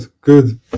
Good